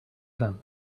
them